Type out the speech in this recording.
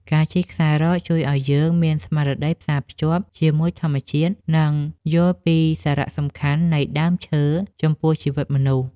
ការជិះខ្សែរ៉កជួយឱ្យយើងមានស្មារតីផ្សារភ្ជាប់ជាមួយធម្មជាតិ និងយល់ពីសារៈសំខាន់នៃដើមឈើចំពោះជីវិតមនុស្ស។